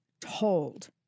told